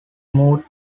moved